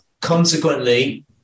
consequently